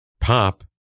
pop